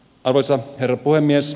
arvoisa herra puhemies